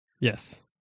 Yes